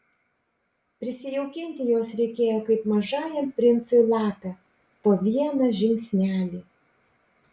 prisijaukinti juos reikėjo kaip mažajam princui lapę po vieną žingsnelį